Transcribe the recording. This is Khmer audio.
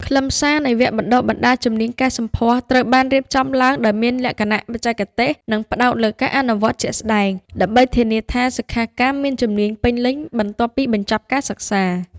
ខ្លឹមសារនៃវគ្គបណ្តុះបណ្តាលជំនាញកែសម្ផស្សត្រូវបានរៀបចំឡើងដោយមានលក្ខណៈបច្ចេកទេស និងផ្តោតលើការអនុវត្តជាក់ស្តែង ដើម្បីធានាថាសិក្ខាកាមមានជំនាញពេញលេញបន្ទាប់ពីបញ្ចប់ការសិក្សា។